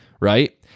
right